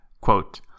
quote